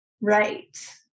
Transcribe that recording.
Right